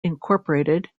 incorporated